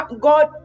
God